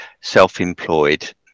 self-employed